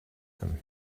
them